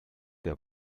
der